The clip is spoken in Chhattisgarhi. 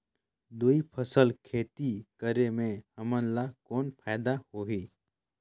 दुई फसली खेती करे से हमन ला कौन फायदा होही?